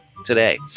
today